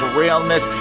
realness